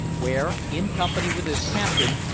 where, in company with his captain,